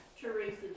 Teresa